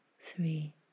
three